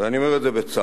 ואני אומר את זה בצער,